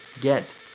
get